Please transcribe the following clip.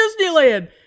Disneyland